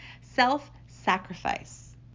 self-sacrifice